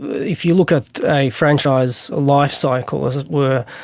if you look at a franchise life cycle, as it were,